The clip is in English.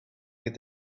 with